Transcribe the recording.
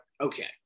okay